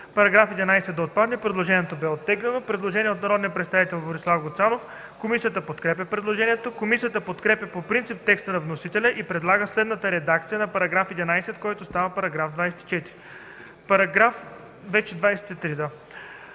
–§ 11 да отпадне. Предложението бе оттеглено. Предложение от народния представител Борислав Гуцанов. Комисията подкрепя предложението. Комисията подкрепя по принцип текста на вносителите и предлага следната редакция на § 11, който става § 24. ПРЕДСЕДАТЕЛ МИХАИЛ